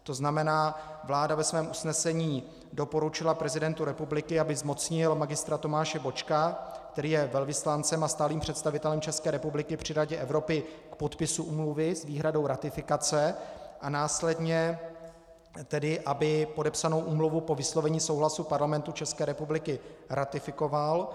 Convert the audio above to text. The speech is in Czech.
To znamená, vláda ve svém usnesení doporučila prezidentu republiky, aby zmocnil Mgr. Tomáše Bočka, která je velvyslancem a stálým představitelem České republiky při Radě Evropy, k podpisu úmluvy s výhradou ratifikace, a následně aby podepsanou úmluvu po vyslovení souhlasu Parlamentu České republiky ratifikoval.